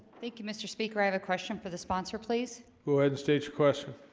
thank you mr. speaker. i have a question for the sponsor. please go ahead state your question.